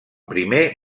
primer